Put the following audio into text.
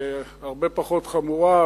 הרבה פחות חמורה,